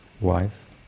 wife